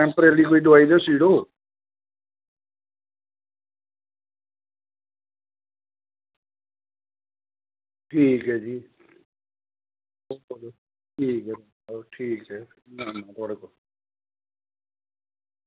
temporary कोई दवाई दस्सी ओड़ो ठीक ऐ जी ठीक ऐ सर ठीक ऐ में औनां तुआढ़े कोल